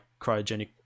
cryogenic